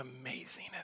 amazing